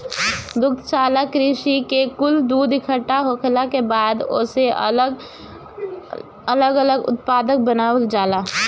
दुग्धशाला कृषि में कुल दूध इकट्ठा होखला के बाद ओसे अलग लग उत्पाद बनावल जाला